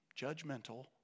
Judgmental